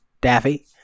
Daffy